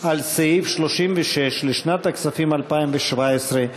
על סעיף 36 לשנת הכספים 2017,